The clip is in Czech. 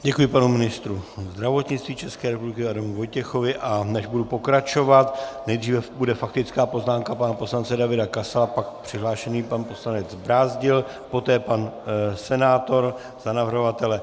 Děkuji panu ministru zdravotnictví České republiky Adamu Vojtěchovi, a než budu pokračovat nejdříve bude faktická poznámka pana poslance Davida Kasala, pak přihlášený pan poslanec Brázdil, poté pan senátor za navrhovatele.